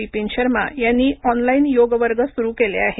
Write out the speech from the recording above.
बिपिन शर्मा यांनी ऑनलाईन योग वर्ग सुरू केले आहेत